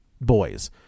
boys